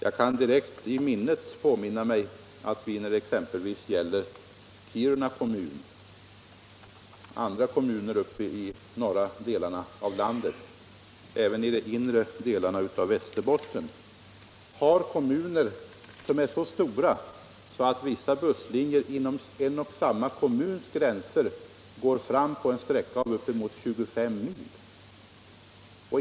Jag kan direkt påminna mig att Kiruna kommun och andra kommuner uppe i de norra delarna av landet och de inre delarna av Västerbotten är så stora att vissa busslinjer inom en och samma kommun går fram på en sträcka av upp emot 25 mil.